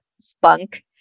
spunk